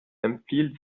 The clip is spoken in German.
empfiehlt